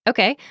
Okay